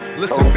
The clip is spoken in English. listen